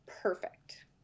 perfect